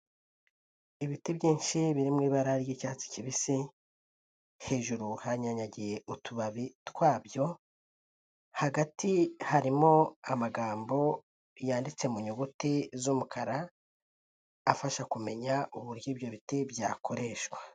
Ibiti byinshi biri mu ibara ry'icyatsi kibisi, hejuru hanyanyagiye utubabi twabyo, hagati harimo amagambo yanditse mu nyuguti z'umukara, afasha kumenya uburyo ibyo biti byakoreshwa.